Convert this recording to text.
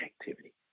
activity